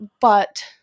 But-